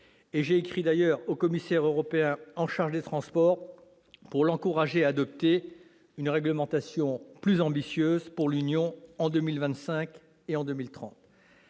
J'ai écrit au commissaire européen chargé des transports pour l'encourager à adopter une réglementation plus ambitieuse pour l'Union en 2025 et en 2030.